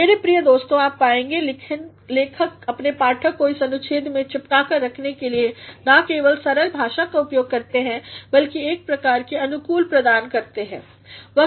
मेरे प्रिय दोस्तों आप पाएंगे लिखक अपने पाठक को इस अनुच्छेद से चिपका कर रखने के लिए ना केवल सरल भाषा का उपयोग करता है बल्कि वह एक प्रकार की अनुकूल प्रदान करताहै